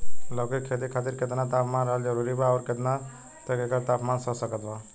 लौकी के खेती खातिर केतना तापमान रहल जरूरी बा आउर केतना तक एकर तापमान सह सकत बा?